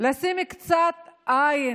לשים קצת עין